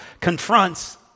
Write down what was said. confronts